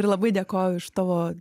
ir labai dėkoju už tavo